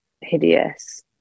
hideous